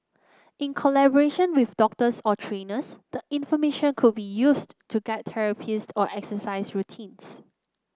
in collaboration with doctors or trainers the information could be used to guide therapies or exercise routines